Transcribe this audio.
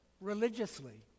religiously